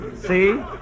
See